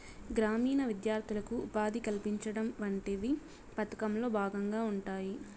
గ్రామీణ విద్యార్థులకు ఉపాధి కల్పించడం వంటివి పథకంలో భాగంగా ఉంటాయి